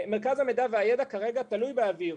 מרכז המידע והידע כרגע תלוי באוויר,